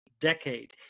decade